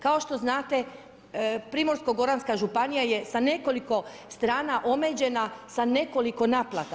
Kao što znate, Primorsko goranska županija je sa nekoliko strana omeđena, sa nekoliko naplata.